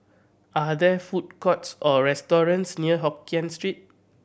are there food courts or restaurants near Hokien Street